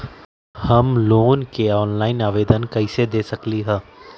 हम लोन के ऑनलाइन आवेदन कईसे दे सकलई ह?